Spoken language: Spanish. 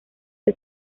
que